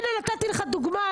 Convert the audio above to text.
הנה נתתי לך דוגמה,